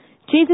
Jesus